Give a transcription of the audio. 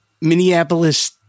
Minneapolis